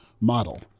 model